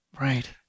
Right